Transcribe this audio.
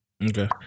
Okay